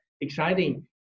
exciting